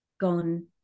gone